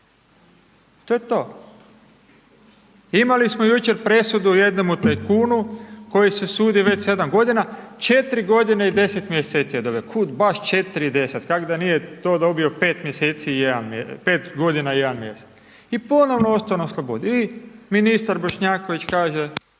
to je to. Imali smo jučer presudu jednom tajkunu kojem se sudi već 7.g., 4.g. i 10 mjeseci je dobio, kud baš 4 i 10, kak da to nije dobio 5 godina i 1 mjesec i ponovno ostao na slobodi i ministar Bošnjaković kaže